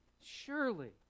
Surely